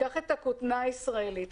תיקח את הכותנה הישראלית,